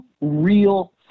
real